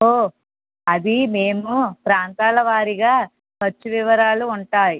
ఓ అది మేము ప్రాంతాలవారీగా ఖర్చు వివరాలు ఉంటాయి